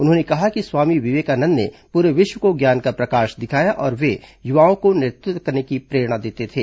उन्होंने कहा कि स्वामी विवेकानंद ने पूरे विश्व को ज्ञान का प्रकाश दिखाया और वे युवाओं को नेतृत्व करने की प्रेरणा देते थे